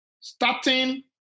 starting